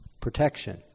protection